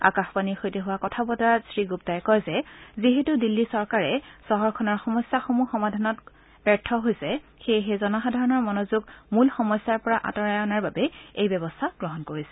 আকাশবাণীৰ সৈতে হোৱা কথা বতৰাত শ্ৰী গুপ্তাই কয় যে যিহেতু দিল্লী চৰকাৰে চহৰখনৰ সমস্যাসমূহ সমাধান কৰাত ব্যৰ্থ হৈছে সেয়েহে জনসাধাৰণৰ মনোযোগ মূল সমস্যাৰ পৰা আঁতৰাই অনাৰ বাবে এই ব্যৱস্থা গ্ৰহণ কৰিছে